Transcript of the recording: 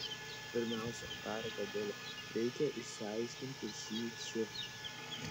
pirmiausia tarė dėdulė reikia išsiaiškinti šį šifrą